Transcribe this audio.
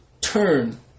turn